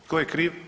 Tko je kriv?